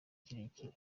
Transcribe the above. kirekire